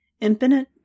Infinite